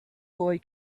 boy